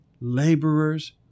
laborers